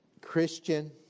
Christian